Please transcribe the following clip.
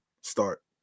start